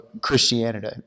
Christianity